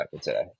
today